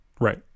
right